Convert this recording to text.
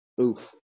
Oof